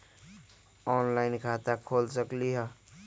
Online खाता खोल सकलीह?